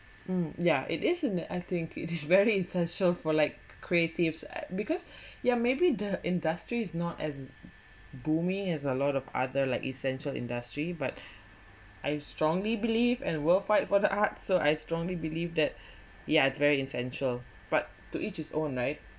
mm yeah it isn't I think is very essential for like creatives at because yeah maybe the industry is not as booming as a lot of other like essential industry but I strongly believe and we'll fight for the art so I strongly believe that yeah it's very essential but to each his own right